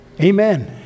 Amen